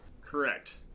Correct